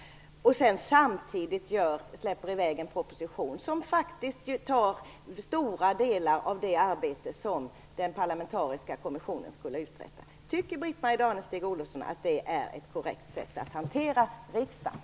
Är det tillfredsställande att man samtidigt släpper i väg en proposition som tar stora delar av det arbete den parlamentariska kommissionen skulle uträtta? Tycker Britt-Marie Danestig-Olofsson att det är ett korrekt sätt att hantera riksdagen?